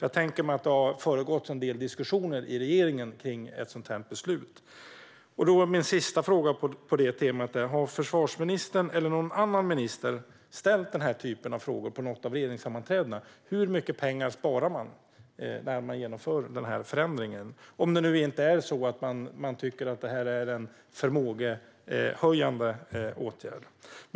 Jag tänker mig nämligen att ett sådant här beslut har föregåtts av en del diskussioner i regeringen, och min sista fråga på detta tema är därför om försvarsministern eller någon annan minister har ställt den typen av frågor på något av regeringssammanträdena: Hur mycket pengar sparar man när man genomför denna förändring - om det nu inte är så att man tycker att detta är en förmågehöjande åtgärd?